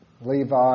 Levi